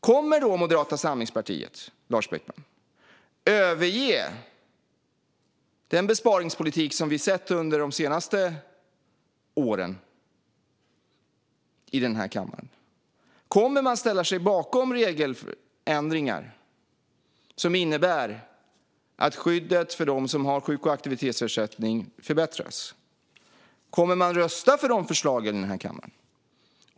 Kommer då Moderata samlingspartiet, Lars Beckman, att överge den besparingspolitik som vi har sett under de senaste åren i den här kammaren? Kommer man att ställa sig bakom regeländringar som innebär att skyddet för dem som har sjuk och aktivitetsersättning förbättras? Kommer man att rösta för de förslagen i den här kammaren?